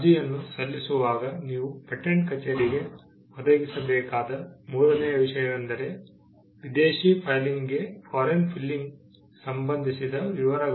ಅರ್ಜಿಯನ್ನು ಸಲ್ಲಿಸುವಾಗ ನೀವು ಪೇಟೆಂಟ್ ಕಚೇರಿಗೆ ಒದಗಿಸಬೇಕಾದ ಮೂರನೆಯ ವಿಷಯವೆಂದರೆ ವಿದೇಶಿ ಫೈಲಿಂಗ್ಗೆ ಸಂಬಂಧಿಸಿದ ವಿವರಗಳು